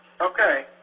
Okay